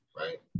right